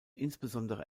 insbesondere